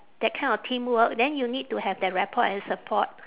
that kind of teamwork then you need to have the rapport and support